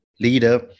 leader